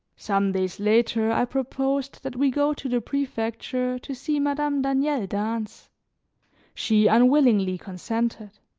some days later, i proposed that we go to the prefecture to see madame daniel dance she unwillingly consented.